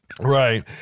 Right